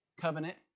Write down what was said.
covenant